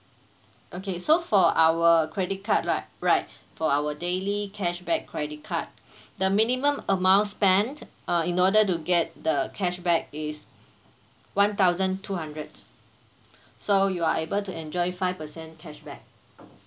okay so for our credit card right right for our daily cashback credit card the minimum amount spent uh in order to get the cashback is one thousand two hundred so you are able to enjoy five percent cashback